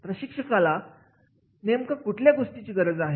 प्रशिक्षकाला नेमका कुठल्या गोष्टीची गरज आहे